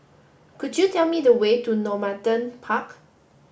could you tell me the way to Normanton Park